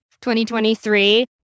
2023